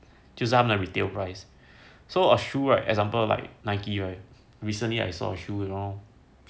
就他们的 retail price so a shoe right example like nike right recently I saw a shoe you know